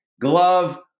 glove